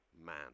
man